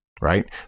right